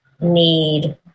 need